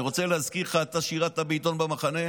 אני רוצה להזכיר לך, אתה שירת בעיתון במחנה,